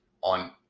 on